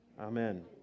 amen